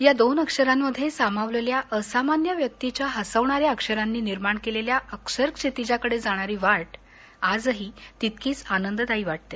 या दोन अक्षरांमध्ये सामावलेल्या असामान्य व्यक्तीच्या हसवणाऱ्या अक्षरांनी निर्माण केलेल्या अक्षरक्षितिजाकडे जाणारी वाट आजही तितकीच आनंददायी वाटते